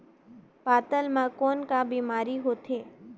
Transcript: पातल म कौन का बीमारी होथे?